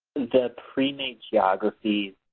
the pre-made geography